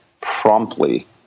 promptly